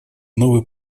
новый